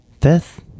Fifth